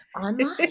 online